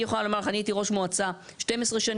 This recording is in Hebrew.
אני יכולה לומר לך, אני הייתי ראש מועצה 12 שנים.